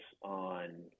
on